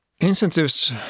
Incentives